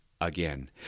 Again